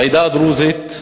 העדה הדרוזית,